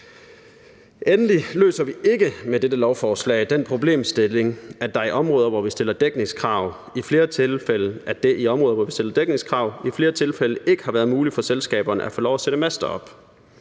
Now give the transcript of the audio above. Endelig løser vi ikke med dette lovforslag den problemstilling, at det i områder, hvor vi stiller dækningskrav, i flere tilfælde ikke har været muligt for selskaberne at få lov at sætte master op.